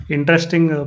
Interesting